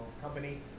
company